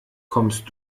kommst